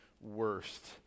worst